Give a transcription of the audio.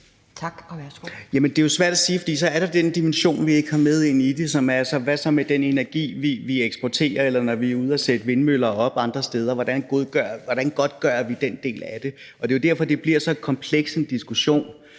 det er jo svært at sige, for så er der den dimension, vi ikke har med i det, som handler om spørgsmålene: Hvad så med den energi, vi eksporterer, eller hvad med, når vi er ude at sætte vindmøller op andre steder – altså hvordan godtgør vi den del af det? Det er jo derfor, det bliver så kompleks en diskussion.